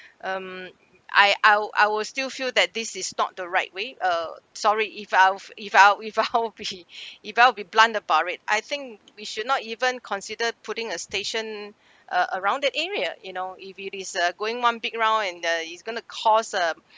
um I I'll I will still feel that this is not the right way uh sorry if I've if I'll if I will be if I will be blunt about it I think we should not even consider putting a station uh around that area you know if it is uh going one big round and uh it's going to cause a